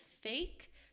fake